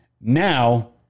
Now